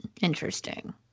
Interesting